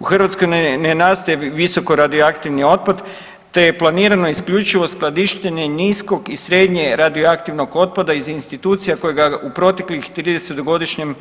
U Hrvatskoj ne nastaje visokoradioaktivni otpad, te je planirano isključivo skladištenje niskog i srednje radioaktivnog otpada iz institucija koje ga u proteklih 30-godišnjem